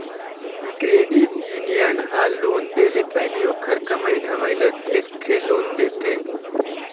credit union ह loan दे ले पहिली ओखर कमई धमई ल देखके लोन देथे